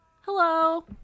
hello